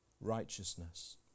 righteousness